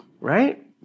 right